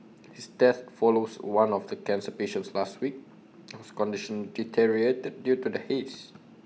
his death follows one of the cancer patient last week whose condition deteriorated due to the haze